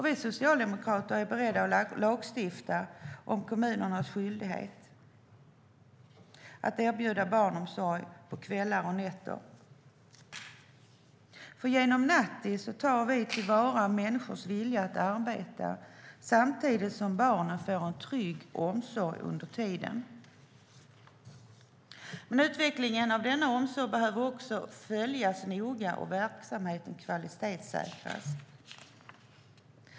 Vi socialdemokrater är beredda att lagstifta om kommunernas skyldighet att erbjuda barnomsorg på kvällar och nätter. Genom nattis tar vi till vara människors vilja att arbeta samtidigt som barnen får en trygg omsorg under tiden. Utvecklingen av denna omsorg behöver också följas noga och verksamheten kvalitetssäkras.